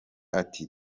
ati